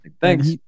Thanks